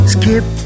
skip